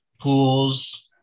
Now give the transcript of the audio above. pools